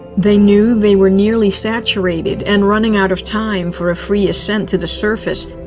they knew they were nearly saturated and running out of time for a free ascent to the surface,